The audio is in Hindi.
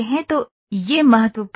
तो यह महत्वपूर्ण है